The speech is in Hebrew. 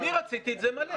אני רציתי את זה מלא.